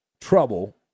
trouble